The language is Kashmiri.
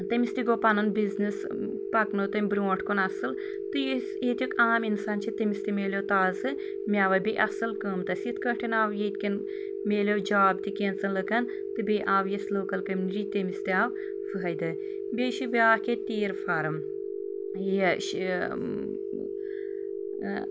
تٔمس تہِ گوٚو پنُن بزنِس پکنوو تٔمۍ برونٛٹھ کُن اصل تہٕ یُس ییٚتیُک عام انسان چھ تٔمس تہِ مِلیو تازٕ میوٕ بییٚہِ اصل قۭمتس یتھ کٲٹھۍ آو ییٚتۍ کٮ۪ن مِلیو جاب تہِ کینٛژن لُکن تہٕ بییٚہِ آو یُس لوکل کمیونٹی تٔمِس تہِ آو فٲیِدٕ بییٚہِ چھُ بیٛاکھ ییٚتہِ تیٖر فارم یہ